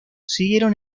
siguieron